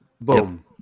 Boom